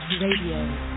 Radio